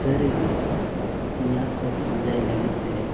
ᱥᱟᱹᱨᱤᱜᱮ ᱤᱧᱟᱹᱜ ᱥᱚᱠᱷ ᱯᱟᱸᱡᱟᱭ ᱞᱟᱹᱜᱤᱫ ᱛᱮ